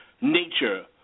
nature